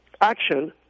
action